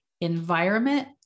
environment